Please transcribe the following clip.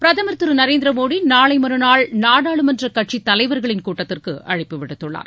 பிரதமர் திரு நரேந்திர மோடி நாளை மறுநாள் நாடாளுமன்ற கட்சித் தலைவர்களின் கூட்டத்திற்கு அழைப்பு விடுத்துள்ளார்